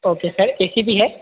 okay sir A C भी है